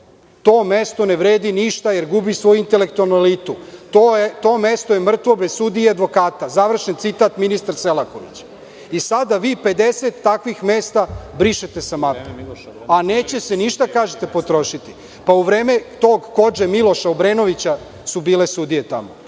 To mesto ne vredi ništa jer gubi svoju intelektualnu elitu, to mesto je mrtvo bez sudije i advokata“, završen citat ministra Selakovića. Sada vi 50 takvih mesta brišete sa mape, a neće se ništa, kažete, potrošiti.U vreme tog Kodže Miloša Obrenovića su bile sudije tamo,